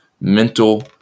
mental